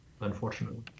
unfortunately